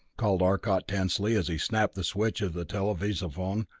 called arcot tensely as he snapped the switch of the televisophone,